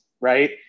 right